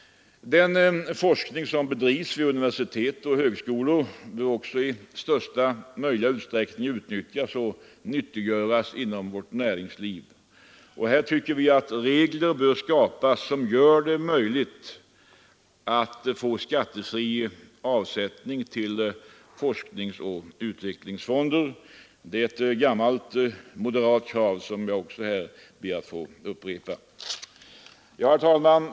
Den forskning som bedrivs vid universitet och högskolor bör också i största möjliga utsträckning utnyttjas och nyttiggöras inom vårt näringsliv. Här bör regler skapas, som möjliggör skattefri avsättning till forskningsoch utvecklingsfonder. Det är ett gammalt moderat krav som jag ber att få upprepa. Herr talman!